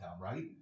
right